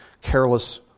careless